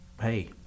Hey